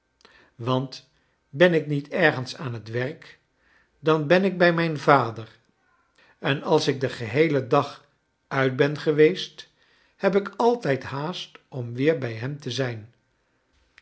want ben ik niet ergens aan het werk dan ben ik bij mijn vader en als ik den geheelen dag uit ben geweest heb ik altijd haast om weer bij hem te zijn